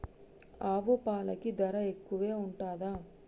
ఆవు పాలకి ధర ఎక్కువే ఉంటదా?